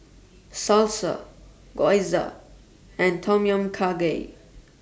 Salsa Gyoza and Tom Kha Gai